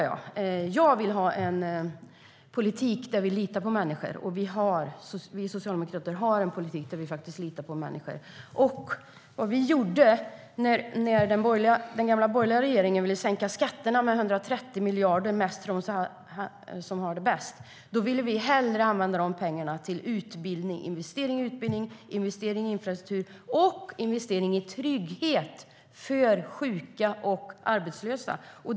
Jag vill ha en politik där vi litar på människor, och vi socialdemokrater har en politik där vi litar på människor. När den gamla borgerliga regeringen ville sänka skatterna med 130 miljarder, mest för dem som har det bäst, ville vi hellre använda de pengarna till investeringar i utbildning, infrastruktur och trygghet för sjuka och arbetslösa.